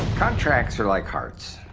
contracts are like hearts.